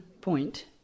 point